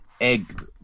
egg